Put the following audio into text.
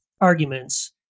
arguments